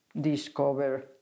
discover